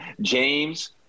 James